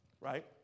Right